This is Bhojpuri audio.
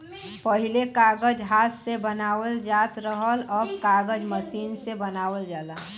पहिले कागज हाथ से बनावल जात रहल, अब कागज मसीन से बनावल जाला